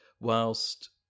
Whilst